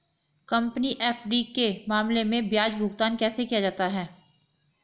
Company FD के मामले में ब्याज भुगतान कैसे किया जाता है?